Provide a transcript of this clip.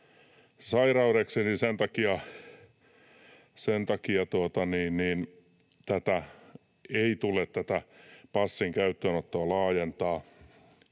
takia ei tule tätä passin käyttöönottoa laajentaa.